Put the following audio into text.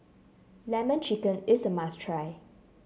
lemon chicken is a must try